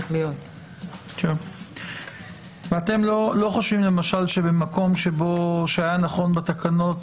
אתם לא חושבים למשל שבמקום שבו היה נכון בתקנות